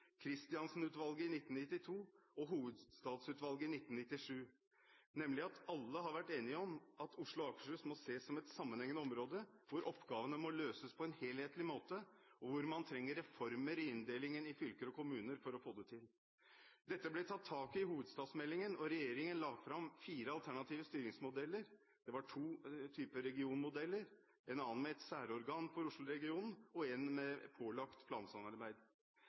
i 1992 og Hovedstadsutvalget i 1997, nemlig at alle har vært enige om at Oslo–Akershus må ses som et sammenhengende område hvor oppgavene må løses på en helhetlig måte, og hvor man trenger reformer i inndelingen i fylker og kommuner for å få det til. Dette ble tatt tak i i hovedstadsmeldingen, og regjeringen la fram fire alternative styringsmodeller. Det var to typer regionmodeller, en modell med et særorgan for Oslo-regionen og en med pålagt plansamarbeid.